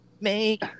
make